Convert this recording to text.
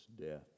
death